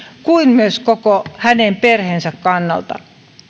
kuin myös koko hänen perheensä kannalta